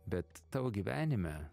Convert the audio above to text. bet tavo gyvenime